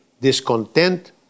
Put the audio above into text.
discontent